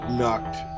knocked